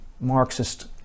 Marxist